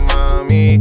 Mommy